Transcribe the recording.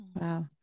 Wow